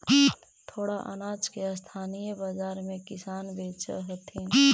थोडा अनाज के स्थानीय बाजार में किसान बेचऽ हथिन